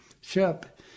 ship